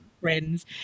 friends